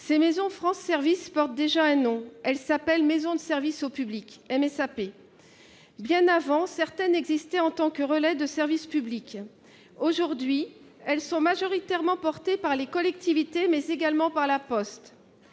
ces maisons France services portent déjà un nom : elles s'appellent les maisons de services au public, les MSAP. Bien auparavant, certaines existaient en tant que relais de services publics. Aujourd'hui, elles sont majoritairement portées par les collectivités, mais également par La Poste.